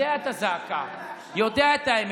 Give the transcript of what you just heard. יודע את הזעקה, יודע את האמת.